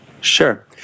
Sure